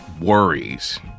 worries